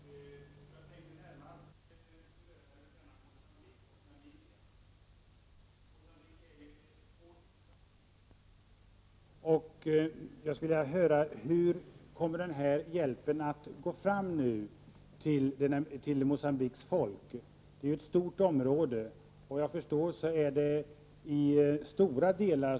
Herr talman! Det är välkomna besked som vi får från biståndsministern. Jag tänkte närmast beröra Moçambique är ett hårt drabbat land. Jag skulle nu vilja fråga: Hur kommer denna hjälp att gå fram till Moçambiques folk? Det är fråga om ett stort område, och efter vad jag har förstått lider man nöd i stora delar.